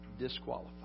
disqualified